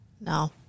No